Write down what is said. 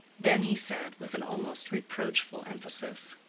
then he said, with an almost reproachful emphasis,